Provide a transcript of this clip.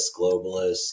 globalist